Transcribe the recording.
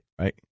right